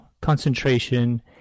Concentration